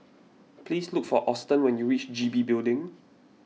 please look for Austen when you reach G B Building